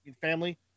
family